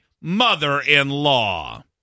mother-in-law